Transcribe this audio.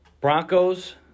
Broncos